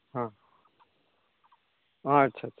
ᱦᱮᱸ ᱟᱪᱪᱷᱟ ᱟᱪᱪᱷᱟ